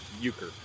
Euchre